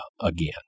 again